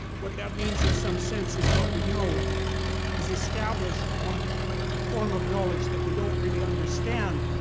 what that means in some sense is what we know is established on a form of knowledge that we don't really understand.